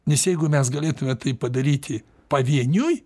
nes jeigu mes galėtume tai padaryti pavieniui